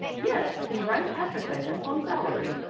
yes. he writes advertisements on salary,